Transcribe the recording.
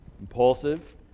Impulsive